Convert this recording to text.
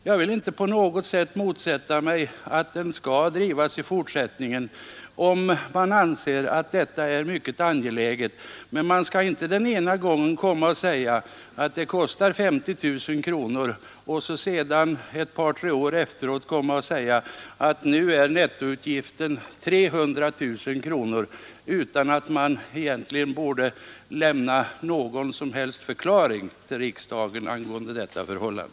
Jag vill inte på något sätt motsätta mig att kanalen drivs i fortsättningen, om man anser att detta är mycket angeläget, men man skall inte säga att det kostar 50 000 kronor, och ett par tre år efteråt komma och redovisa en nettoutgift på 300 000 kronor utan att lämna någon som helst förklaring till riksdagen angående detta förhållande.